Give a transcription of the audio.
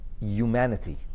humanity